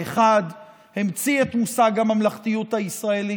האחד המציא את מושג הממלכתיות הישראלית,